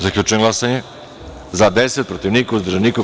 Zaključujem glasanje: za – 10, protiv – niko, uzdržan – niko.